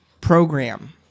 program